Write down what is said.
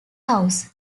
house